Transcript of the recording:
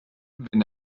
wenn